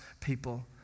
people